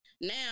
now